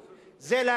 זה פמיניזם נטול ערכים,